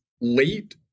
late